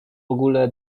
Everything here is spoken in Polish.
ogóle